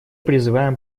призываем